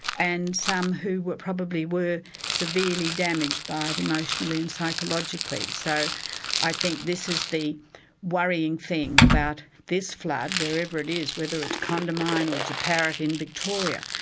and some who probably were severely damaged by it, emotionally and psychologically. so i think this is the worrying thing about this flood, wherever it is, whether it's condamine or jeparit in victoria,